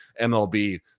MLB